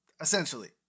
essentially